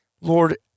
lord